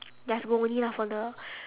just go only lah for the